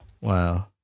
Wow